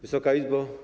Wysoka Izbo!